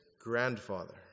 grandfather